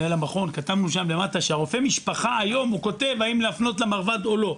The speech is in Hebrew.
כתבנו שם למטה שרופא המשפחה היום כותב האם להפנות למרב"ד או לא,